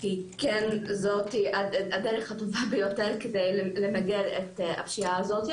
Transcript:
היא כן זאת הדרך הטובה ביותר כדי למגר את הפשיעה הזאת.